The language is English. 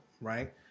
right